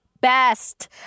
best